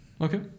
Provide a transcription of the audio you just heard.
Okay